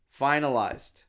finalized